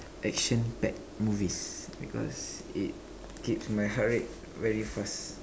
action packed movies because it keeps my heart rate very fast